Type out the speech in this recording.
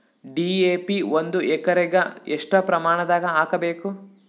DAP ಒಂದು ಎಕರಿಗ ಎಷ್ಟ ಪ್ರಮಾಣದಾಗ ಹಾಕಬೇಕು?